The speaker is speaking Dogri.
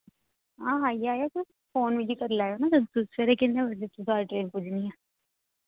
हां आई जायो तुस फोन करी लैओ न तुस